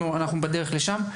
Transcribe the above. אנחנו בדרך לשם.